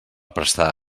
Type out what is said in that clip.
prestar